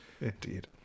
Indeed